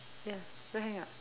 ya don't hang up